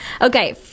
Okay